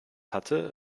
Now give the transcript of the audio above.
hatte